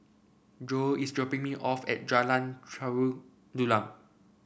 Jo is dropping me off at Jalan Tari Dulang